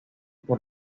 por